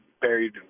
buried